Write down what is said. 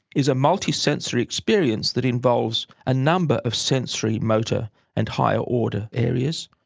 is a multisensory experience that involves a number of sensory, motor and higher order areas,